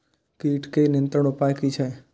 कीटके नियंत्रण उपाय कि छै?